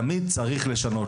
תמיד צריך לשנות.